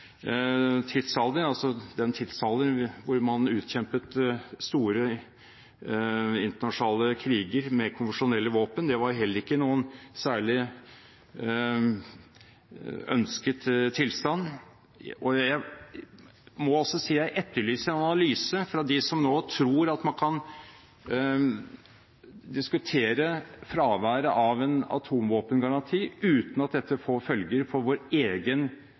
tidsalder, altså den tidsalder hvor man utkjempet store internasjonale kriger med konvensjonelle våpen. Det var heller ikke noen særlig ønsket tilstand, og jeg må si at jeg etterlyser en analyse fra dem som nå tror at man kan diskutere fraværet av en atomvåpengaranti uten at dette får følger for vår egen